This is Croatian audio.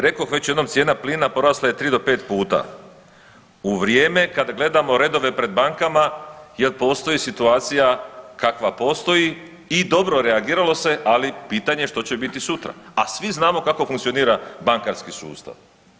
Rekoh već jednom cijena plina porasla je tri do pet puta, u vrijeme kad gledamo redove pred bankama jer postoji situacija kakva postoji i dobro reagiralo se, ali pitanje što će biti sutra, a svi znamo kako funkcionira bankarski sustav.